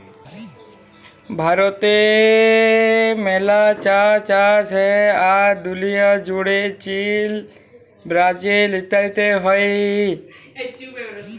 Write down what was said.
ভারতে মেলা ট চাষ হ্যয়, আর দুলিয়া জুড়ে চীল, ব্রাজিল ইত্যাদিতে হ্য়য়